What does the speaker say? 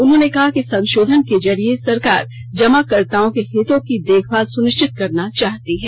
उन्होंने कहा कि इस संशोधन के जरिए सरकार जमाकर्ताओं के हितों की देखभाल सुनिश्चित करना चाहती है